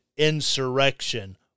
insurrection